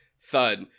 thud